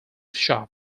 shop